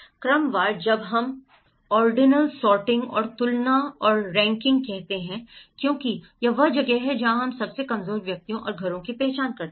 क्रमवार जब हम ऑर्डिनल सॉर्टिंग और तुलना और रैंकिंग कहते हैं क्योंकि यह वह जगह है जहां हम सबसे कमजोर व्यक्तियों और घरों की पहचान कर सकते हैं